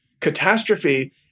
catastrophe